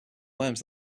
worms